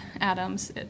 atoms